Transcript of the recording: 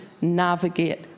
navigate